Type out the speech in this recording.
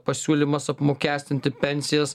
pasiūlymas apmokestinti pensijas